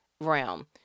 realm